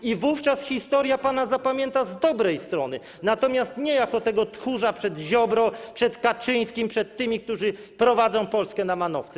I wówczas historia pana zapamięta z dobrej strony, natomiast nie jako tego tchórza przed Ziobrą, przed Kaczyńskim, przed tymi, którzy prowadzą Polskę na manowce.